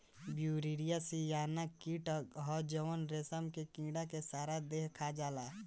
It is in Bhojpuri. ब्युयेरिया बेसियाना कीट ह जवन रेशम के कीड़ा के सारा देह खा जाला